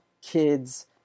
kids